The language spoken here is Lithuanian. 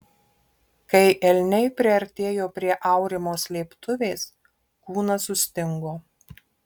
kai elniai priartėjo prie aurimo slėptuvės kūnas sustingo